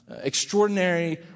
extraordinary